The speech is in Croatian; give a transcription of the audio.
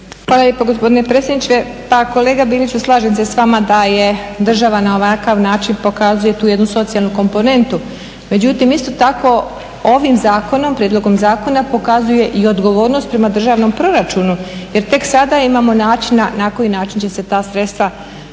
Hvala lijepo gospodine predsjedniče. Pa kolega Biliću, slažem se s vama da je država na ovakav način pokazuje tu jednu socijalnu komponentu, međutim isto tako ovim zakonom, prijedlogom zakona pokazuje i odgovornost prema državnom proračunu jer tek sada imamo načina na koji način će se ta sredstva